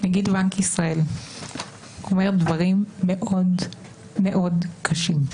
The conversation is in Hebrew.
נגיד בנק ישראל אומר דברים מאוד מאוד קשים.